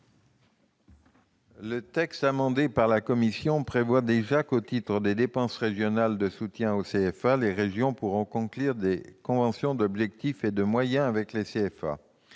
Le texte tel qu'amendé par la commission prévoit déjà que, au titre des dépenses régionales de soutien aux CFA, les régions pourront conclure des conventions d'objectifs et de moyens avec ces